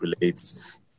relates